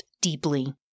deeply